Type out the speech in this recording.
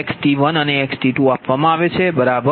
transformer xT1 અને xT2 આપવામાં આવે છે બરાબર